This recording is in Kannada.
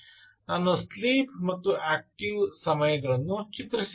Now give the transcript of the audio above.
ನಾನು ಸ್ಲೀಪ್ ಮತ್ತು ಆಕ್ಟಿವ್ ಸಮಯಗಳನ್ನು ಚಿತ್ರಿಸಿದ್ದೇನೆ